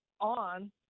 on